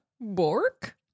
Bork